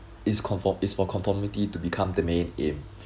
is conform~ is for conformity to become the main aim